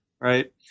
right